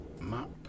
map